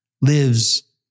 lives